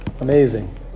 Amazing